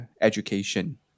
education